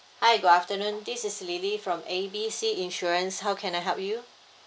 hi good afternoon this is lily from A B C insurance how can I help you